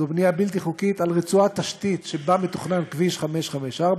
זו בנייה בלתי חוקית על רצועת תשתית שבה מתוכנן כביש 554,